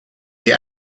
the